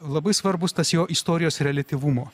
labai svarbus tas jo istorijos reliatyvumo